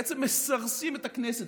בעצם מסרסים את הכנסת,